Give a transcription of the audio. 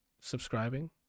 subscribing